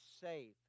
safe